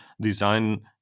design